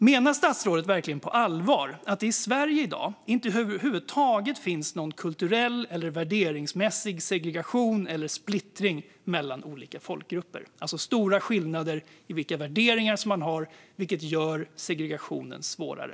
Menar statsrådet på allvar att det i Sverige i dag inte över huvud taget finns någon kulturell eller värderingsmässig segregation eller splittring mellan olika folkgrupper, alltså stora skillnader i vilka värderingar man har, vilket gör segregationen värre?